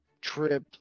trip